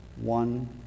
one